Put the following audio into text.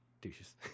Douches